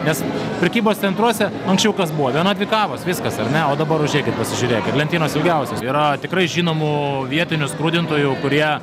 nes prekybos centruose anksčiau kas buvo viena dvi kavos viskas ar ne o dabar užeikit pasižiūrėkit lentynos ilgiausios yra tikrai žinomų vietinių skrudintojų kurie